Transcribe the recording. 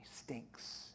stinks